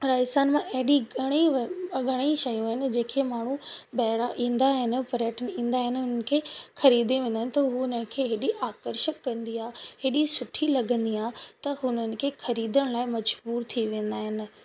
राजस्थान मां ऐॾी घणई व घणईं शयूं आहिनि जेके माण्हू ॿाहिरां ईंदा आहिनि पर्यटन ईंदा आहिनि उन्हनि खे ख़रीदे वेंदा आहिनि त उहा उन खे हेॾी आकर्षक कंदी आहे हेॾी सुठी लॻंदी आहे त हुननि खे ख़रीदण लाइ मजबूरु थी वेंदा आहिनि